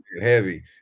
heavy